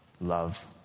love